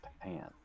Japan